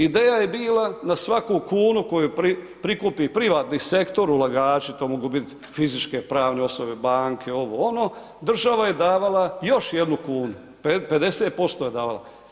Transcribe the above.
Ideja je bila na svaku kunu koju prikupi privatni sektor, ulagači, to mogu biti fizičke, pravne osobe, banke, ovo ono, država je davala još jednu kunu, 50% je davala.